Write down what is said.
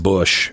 Bush